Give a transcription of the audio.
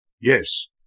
Yes